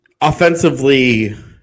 Offensively